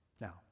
Now